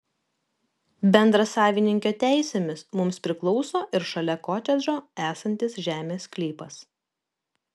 bendrasavininkio teisėmis mums priklauso ir šalia kotedžo esantis žemės sklypas